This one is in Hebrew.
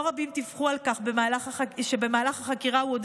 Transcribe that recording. לא רבים דיווחו על כך שבמהלך החקירה הוא עוד